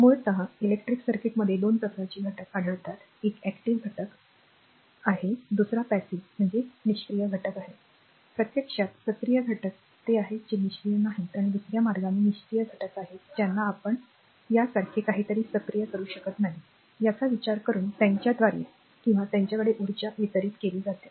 मूलतः इलेक्ट्रिक सर्किटमध्ये 2 प्रकारचे घटक आढळतात एक सक्रिय घटक आहे दुसरा निष्क्रीय घटक आहे प्रत्यक्षात सक्रिय घटक ते आहेत जे निष्क्रीय नाहीत किंवा दुसर्या मार्गाने निष्क्रीय घटक आहेत ज्यांना आपण यासारखे काहीतरी सक्रिय करू शकत नाही याचा विचार करून त्यांच्याद्वारे किंवा त्यांच्याकडे ऊर्जा वितरित केली जाते